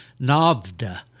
navda